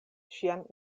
ŝian